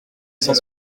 cent